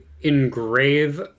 engrave